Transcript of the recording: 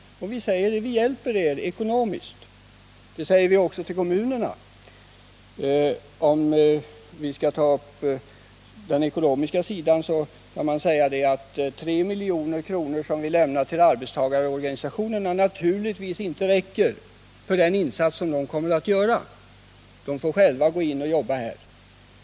Samhället säger då: Vi hjälper er ekonomiskt. Det säger vi också till kommunerna. Om vi skall tala om den ekonomiska sidan kan man säga att de 3 milj.kr. som vi lämnar till arbetstagarorganisationerna naturligtvis inte räcker för den insats som de kommer att göra. De får själva gå in och jobba här.